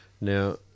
Now